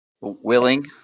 Willing